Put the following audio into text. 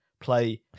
play